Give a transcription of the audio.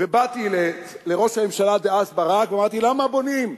ובאתי לראש הממשלה דאז, ברק, ואמרתי: למה בונים?